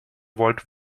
wollt